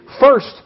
first